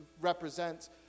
represent